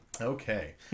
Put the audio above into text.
Okay